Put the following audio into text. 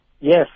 Yes